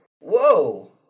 Whoa